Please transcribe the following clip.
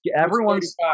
everyone's